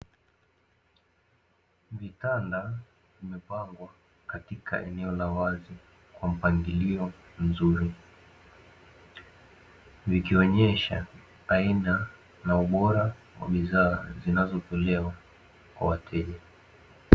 Vitanda vimepangwa katika eneo la wazi kwa mpangilio mzuri, vikionyesha aina na ubora wa bidhaa zinazotolewa kwa wateja.